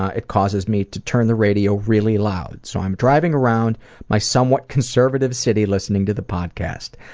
it causes me to turn the radio really loud. so i am driving around my somewhat conservative city listening to the podcast.